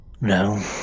No